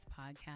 podcast